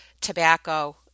tobacco